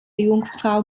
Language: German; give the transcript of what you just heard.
jungfrau